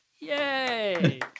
Yay